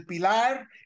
Pilar